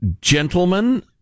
Gentlemen